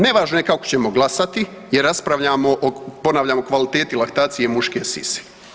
Nevažno je kako ćemo glasati, jer raspravljamo o ponavlja kvaliteti laktacije muške sise.